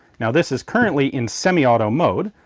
now this is currently in semi-auto mode,